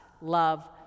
love